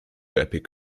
epic